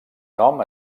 nom